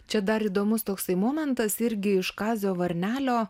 čia dar įdomus toksai momentas irgi iš kazio varnelio